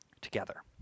together